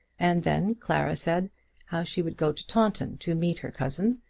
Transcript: and then clara said how she would go to taunton to meet her cousin,